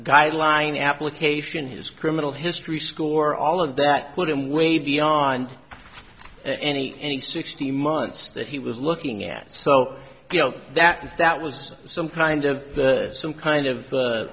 lying application his criminal history score all of that put him way beyond any any sixty months that he was looking at so you know that if that was some kind of some kind of